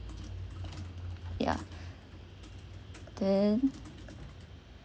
ya then